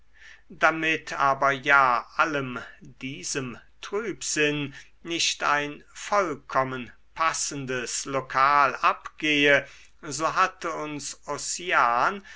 damit aber ja allem diesem trübsinn nicht ein vollkommen passendes lokal abgehe so hatte uns ossian